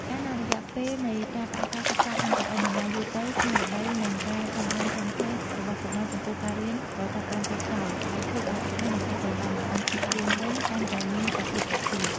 កាលណារយៈពេលនៃការផ្អាកការសិក្សាកាន់តែអូសបន្លាយយូរទៅ ស្មារតី និងការចង់ដឹងចង់ឃើញរបស់កុមារចំពោះការរៀនសូត្រក៏ចាប់ផ្តើមចុះខ្សោយ ដែលធ្វើឱ្យឱកាសនៃការត្រឡប់មកកាន់ថ្នាក់រៀនវិញកាន់តែមានសភាពតិចតួច។